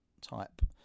type